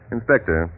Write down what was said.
Inspector